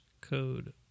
code